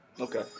Okay